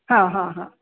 ह ह ह